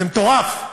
זה מטורף.